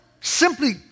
simply